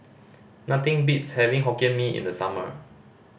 nothing beats having Hokkien Mee in the summer